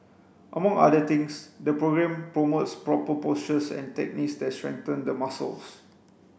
among other things the programme promotes proper postures and techniques that strengthen the muscles